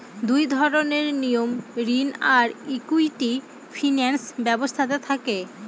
দুই ধরনের নিয়ম ঋণ আর ইকুইটি ফিনান্স ব্যবস্থাতে থাকে